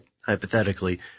Hypothetically